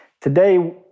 today